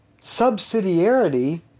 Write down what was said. subsidiarity